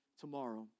tomorrow